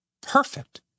Perfect